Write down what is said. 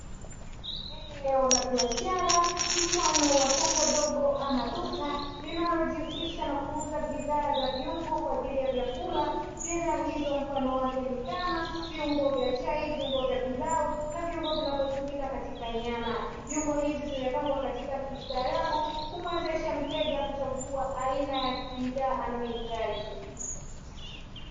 Nguruwe mfugaji huyu anaweka chakula cha juu hivyo kuweza kuwafanya wanyama hawakuweza kunyanyuka na kuongezeka kwa kim eneo la biashara mfano wa soko dogo ama duka linalojihusisha na kuuza bidhaa za viungo kwa ajili ya vyakula bidhaa hizo mfano wake ni kama viungo vya chai viungo vya pilau na viungo vinavyotumika katika nyama viungo hivi vimepangwa katika kistaarabu kumwezesha mteja kuchagua aina ya bidhaa anayohitaji.